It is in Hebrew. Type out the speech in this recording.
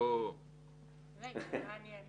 עכשיו הוא אומר שמצבו מאוד קשה, ודאי שיהיה קשה